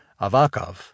Avakov